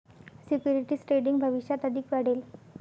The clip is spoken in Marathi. सिक्युरिटीज ट्रेडिंग भविष्यात अधिक वाढेल